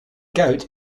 kuit